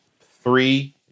three